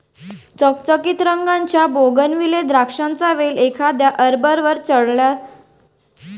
चकचकीत रंगाच्या बोगनविले द्राक्षांचा वेल एखाद्या आर्बरवर चढत असल्यासारखे काहीही नाटक जोडत नाही